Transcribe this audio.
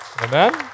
Amen